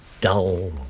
Dull